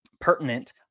pertinent